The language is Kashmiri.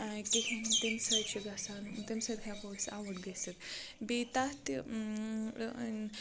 کِہیٖنۍ تَمہِ سۭتۍ چھُ گژھان تَمہِ سۭتۍ ہٮ۪کو أسۍ اَوُٹ گٔژھِتھ بیٚیہِ تَتھ تہِ